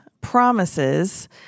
Promises